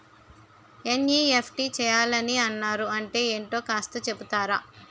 NEFT చేయాలని అన్నారు అంటే ఏంటో కాస్త చెపుతారా?